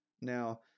Now